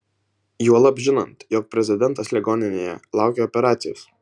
juolab žinant jog prezidentas ligoninėje laukia operacijos